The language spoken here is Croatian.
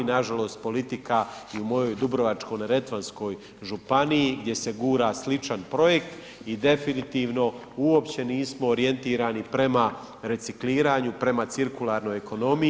Nažalost, politika i u mojoj Dubrovačko-neretvanskoj županiji gdje se gura sličan projekt i definitivno uopće nismo orijentirani prema recikliranju, prema cirkularnoj ekonomiji.